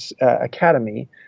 academy